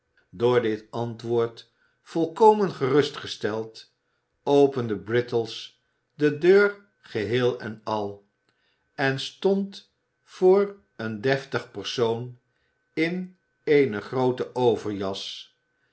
door dit antwoord volkomen gerustgesteld opende brittles de deur geheel en al en stond voor een deftig persoon in eene groote overjas